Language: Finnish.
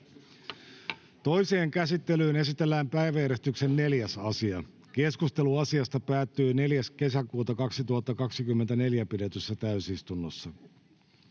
Toiseen käsittelyyn esitellään päiväjärjestyksen 4. asia. Keskustelu asiasta päättyi 4.6.2024 pidetyssä täysistunnossa.